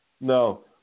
No